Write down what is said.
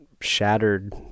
shattered